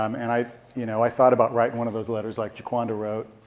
um and i you know i thought about writing one of those letters like jaquanda wrote,